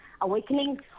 awakening